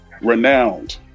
renowned